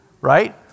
right